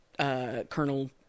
Colonel